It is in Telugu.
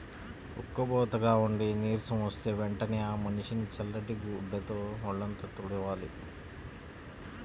ఉక్కబోతగా ఉండి నీరసం వస్తే వెంటనే ఆ మనిషిని చల్లటి గుడ్డతో వొళ్ళంతా తుడవాలి